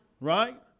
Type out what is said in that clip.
Right